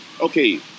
okay